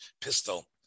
pistol